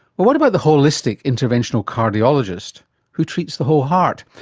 well, what about the holistic interventional cardiologist who treats the whole heart?